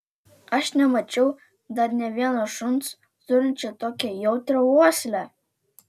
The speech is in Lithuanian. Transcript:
aš nemačiau dar nė vieno šuns turinčio tokią jautrią uoslę